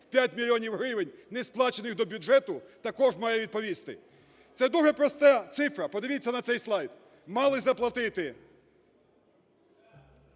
в 5 мільйонів гривень несплачених до бюджету, також має відповісти. Це дуже проста цифра, подивіться на цей слайд: мали заплатити